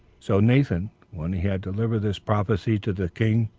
so nathan, when he had delivered this prophecy to the king,